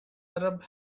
arab